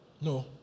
No